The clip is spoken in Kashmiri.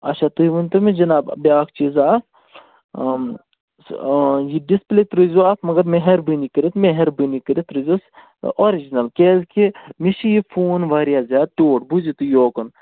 اچھا تُہی ؤنۍتَو مےٚ جِناب بیٛاکھ چیٖزا اَکھ آ یہِ ڈِسپٕلے ترٛٲوزیٚو اَتھ مگر مہربٲنی کٔرِتھ مہربٲنی کٔرِتھ ترٛٲوزیٚو آرِجنَل کیٛازِ کہِ مےٚ چھُ یہِ فون واریاہ زیادٕ ٹوٹھ بوٗزِو تُہۍ یورکُن